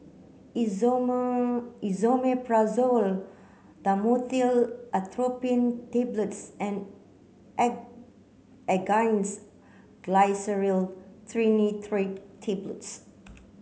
Esomeprazole Dhamotil Atropine Tablets and Angised Glyceryl Trinitrate Tablets